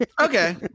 Okay